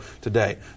today